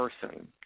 person